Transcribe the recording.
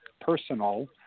personal